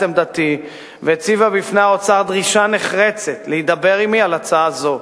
עמדתי והציבה בפני האוצר דרישה נחרצת להידבר עמי על הצעה זו.